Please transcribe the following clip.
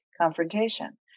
confrontation